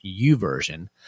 uversion